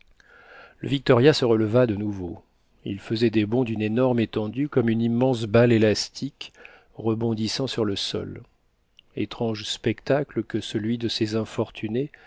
le victoria se releva de nouveau il faisait des bonds d'une énorme étendue comme une immense balle élastique rebondissant sur le sol étrange spectacle que celui de ces infortunés